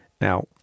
Now